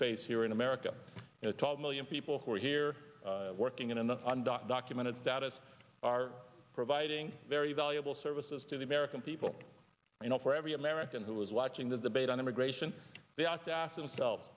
face here in america you know twelve million people who are here working in the undocumented status are providing very valuable services to the american people you know for every american who was watching the debate on immigration they have to ask themselves